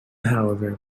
however